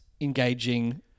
engaging